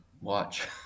Watch